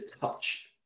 touch